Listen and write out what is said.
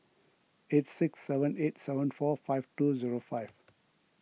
eight six seven eight seven four five two zero five